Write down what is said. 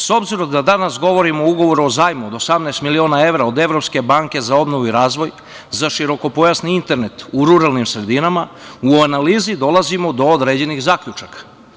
S obzirom da danas govorimo o ugovoru o zajmu od 18 miliona evra od Evropske banke za obnovu i razvoj, za širokopojasni internet u ruralnim sredinama u analizi dolazimo do određenih zaključaka.